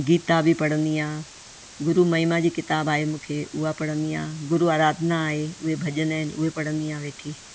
गीता बि पढ़ंदी आहियां गुरु महिमा जी किताब आहे मूंखे उहा पढ़ंदी आहियां गुरु आराधना आहे उहे भॼन आहिनि उहे पढ़ंदी आहियां गुरु आराधना आहे उहे भॼन इन उहे पढ़ंदी आहियां वेठी